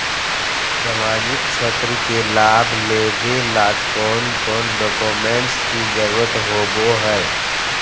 सामाजिक क्षेत्र के लाभ लेबे ला कौन कौन डाक्यूमेंट्स के जरुरत होबो होई?